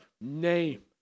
name